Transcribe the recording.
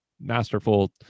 masterful